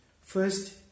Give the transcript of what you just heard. First